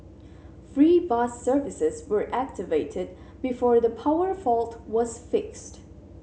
free bus services were activated before the power fault was fixed